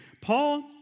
Paul